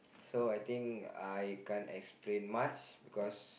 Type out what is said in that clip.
so I think I can't explain much because